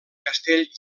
castell